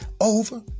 over